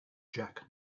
jack